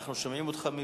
אנחנו שומעים אותך מפה.